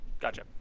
Gotcha